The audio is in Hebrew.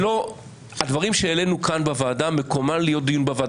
הדברים שהעלינו כאן בוועדה, מקומם לדיון בוועדה.